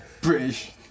British